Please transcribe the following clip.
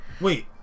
Wait